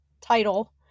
title